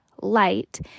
light